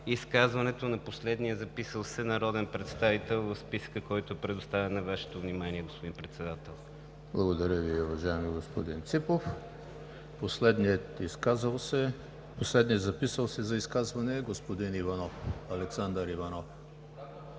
изказването на последния записал се народен представител в списъка, който е предоставен на Вашето внимание, господин Председател. ПРЕДСЕДАТЕЛ ЕМИЛ ХРИСТОВ: Благодаря Ви, уважаеми господин Ципов. Последният записал се за изказване е господин Александър Иванов.